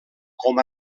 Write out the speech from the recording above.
com